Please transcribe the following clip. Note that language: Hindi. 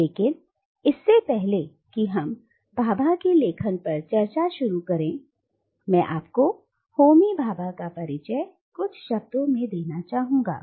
लेकिन इससे पहले कि हम भाभा के लेखन पर चर्चा शुरू करें मैं आपको होमी भाभा का परिचय कुछ शब्दों में देना चाहूंगा